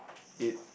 it